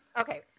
okay